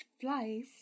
flies